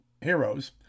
heroes